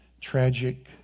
tragic